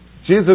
Jesus